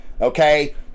Okay